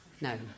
No